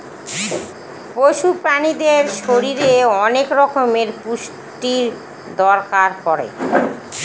পশু প্রাণীদের শরীরে অনেক রকমের পুষ্টির দরকার পড়ে